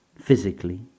physically